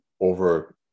over